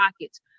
pockets